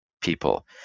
people